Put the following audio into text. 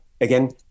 again